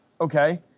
Okay